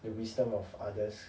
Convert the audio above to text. the wisdom of others